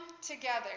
together